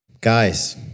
Guys